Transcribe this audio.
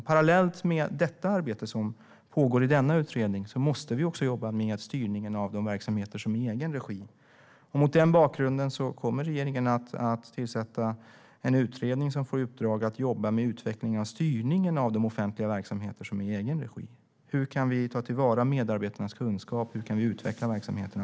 Parallellt med det arbete som pågår i utredningen måste vi jobba med styrningen av de verksamheter som bedrivs i egen regi. Mot den bakgrunden kommer regeringen att tillsätta en utredning som får i uppdrag att jobba med utvecklingen och styrningen av dessa verksamheter och hur vi kan ta till vara medarbetarnas kunskap och utveckla verksamheterna.